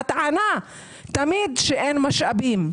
הטענה תמיד שאין משאבים,